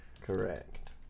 correct